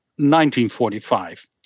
1945